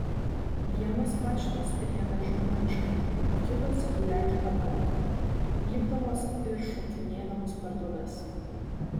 vienos mašinos rieda žmoniškai o kitos lekia be proto pypdamos ir šokinėdamos per duobes